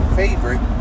favorite